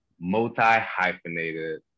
multi-hyphenated